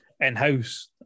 in-house